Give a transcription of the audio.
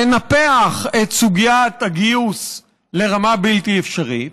לנפח את סוגיית הגיוס לרמה בלתי אפשרית